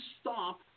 stop